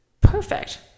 perfect